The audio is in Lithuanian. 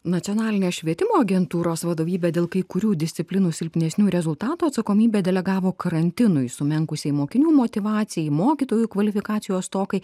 nacionalinės švietimo agentūros vadovybė dėl kai kurių disciplinų silpnesnių rezultatų atsakomybę delegavo karantinui sumenkusiai mokinių motyvacijai mokytojų kvalifikacijos stokai